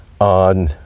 on